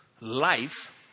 life